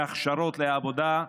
בהכשרות לעבודה.